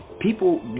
People